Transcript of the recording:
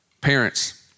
Parents